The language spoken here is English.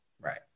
Right